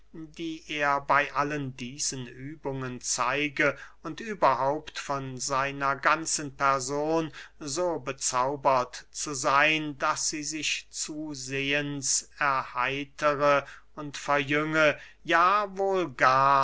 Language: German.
die er bey allen diesen übungen zeige und überhaupt von seiner ganzen person so bezaubert zu seyn daß sie sich zusehends erheitere und verjünge ja wohl gar